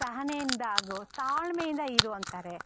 ಸಹನೆಯಿಂದ ಹಾಗೂ ತಾಳ್ಮೆಯಿಂದ ಇರು ಅಂತಾರೆ